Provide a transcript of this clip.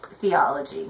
theology